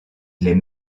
les